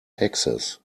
taxes